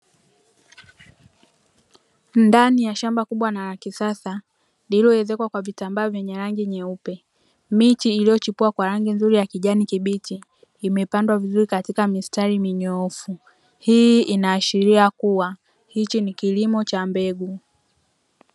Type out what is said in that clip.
Ndani ya shamba kubwa na la kisasa, lililoezekwa kwa vitambaa vyenye rangi nyeupe, miti iliyochipua kwa rangi nzuri ya kijani kibichi imepandwa vizuri katika mistari minyoofu. Hii inaashiria kuwa hiki ni kilimo cha mbegu.